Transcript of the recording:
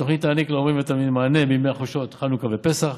התוכנית תעניק להורים ולתלמידים מענה בימי חופשות חנוכה ופסח,